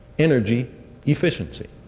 energy efficiency.